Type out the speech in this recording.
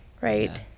right